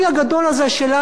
הפוליטיקאים,